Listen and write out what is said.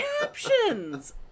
captions